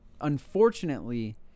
unfortunately